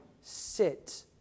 sit